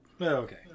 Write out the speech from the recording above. Okay